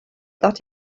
that